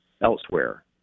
elsewhere